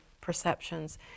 perceptions